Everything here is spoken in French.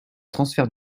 transfert